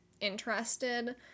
interested